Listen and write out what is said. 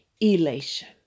elation